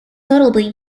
notably